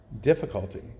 difficulty